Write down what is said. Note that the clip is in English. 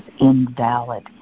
invalid